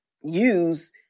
use